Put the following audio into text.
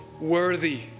worthy